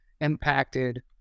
impacted